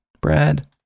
Brad